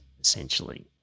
essentially